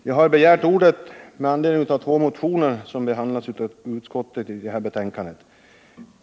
Herr talman! Jag har begärt ordet med anledning av två motioner som behandlats av utskottet i detta betänkande.